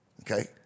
Okay